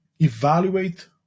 Evaluate